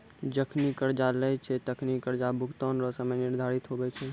जखनि कर्जा लेय छै तखनि कर्जा भुगतान रो समय निर्धारित हुवै छै